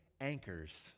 anchors